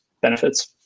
benefits